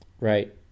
Right